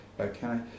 Okay